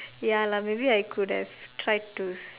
ya lah maybe I could have tried to